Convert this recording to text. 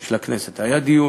של הכנסת, היה דיון,